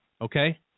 okay